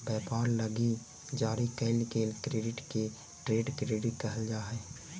व्यापार लगी जारी कईल गेल क्रेडिट के ट्रेड क्रेडिट कहल जा हई